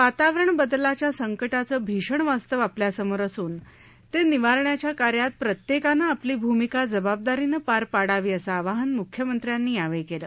वातावरण बदलाच्या संकटाचं भीषण वास्तव आपल्या समोर असून ते निवारण्याच्या कार्यात प्रत्येकानं आपली भूमिका जबाबदारीने पार पाडावी असं आवाहन मुख्यमंत्र्यांनी यावेळी केलं